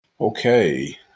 okay